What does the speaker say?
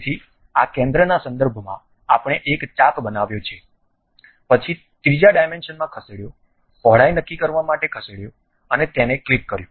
તેથી આ કેન્દ્રના સંદર્ભમાં આપણે એક ચાપ બનાવ્યો છે પછી ત્રીજા ડાયમેન્શનમાં ખસેડ્યોપહોળાઈ નક્કી કરવા માટે ખસેડ્યો અને તેને ક્લિક કર્યું